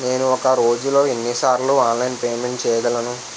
నేను ఒక రోజులో ఎన్ని సార్లు ఆన్లైన్ పేమెంట్ చేయగలను?